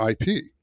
IP